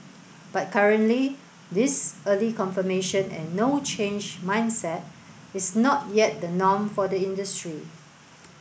but currently this early confirmation and no change mindset is not yet the norm for the industry